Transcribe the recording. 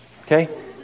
Okay